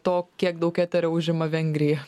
to kiek daug eterio užima vengrija